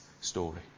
story